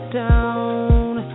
down